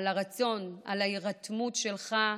על הרצון, על ההירתמות שלך,